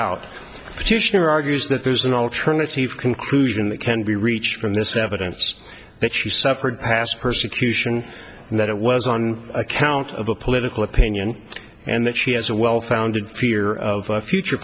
there argues that there's an alternative conclusion that can be reached from this evidence that she suffered past persecution and that it was on account of a political opinion and that she has a well founded fear of future